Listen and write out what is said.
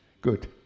good